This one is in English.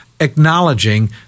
acknowledging